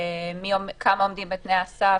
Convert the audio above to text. כמה עומדים בתנאי הסף,